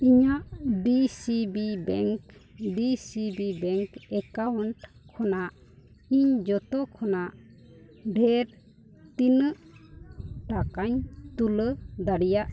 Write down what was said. ᱤᱧᱟᱹᱜ D C B bank D C B bank account ᱠᱷᱚᱱᱟᱜ ᱤᱧ ᱡᱷᱚᱛᱚ ᱠᱷᱚᱱᱟᱜ ᱰᱷᱮᱨ ᱛᱤᱱᱟᱹᱜ ᱴᱟᱠᱟᱧ ᱛᱩᱞᱟᱹᱣ ᱫᱟᱲᱮᱭᱟᱜᱼᱟ